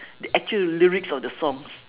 the actual lyrics of the songs